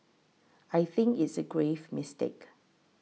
I think it's a grave mistake